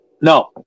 No